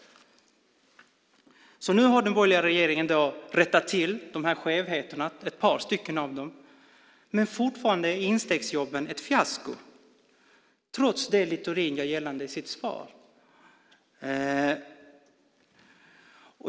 Nu har den borgerliga regeringen rättat till ett par stycken av de här skevheterna. Men fortfarande är instegsjobben ett fiasko, trots det Littorin gör gällande i sitt svar.